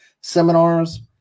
seminars